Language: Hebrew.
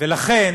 לכן